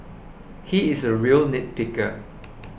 he is a real nitpicker